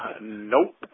Nope